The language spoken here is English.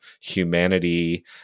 humanity